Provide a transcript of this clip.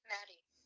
Maddie